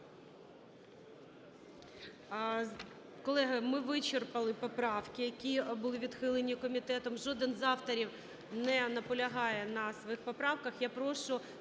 Колеги, ми вичерпали поправки, які були відхилені комітетом. Жоден з авторів не наполягає на своїх поправках.